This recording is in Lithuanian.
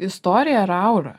istoriją ir aurą